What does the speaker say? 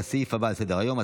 בעד, אין מתנגדים, אין נמנעים.